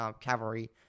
cavalry